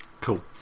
Cool